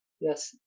yes